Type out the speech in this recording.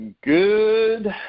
Good